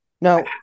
No